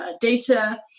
data